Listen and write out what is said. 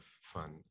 fun